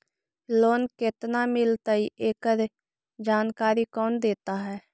Loan केत्ना मिलतई एकड़ जानकारी कौन देता है?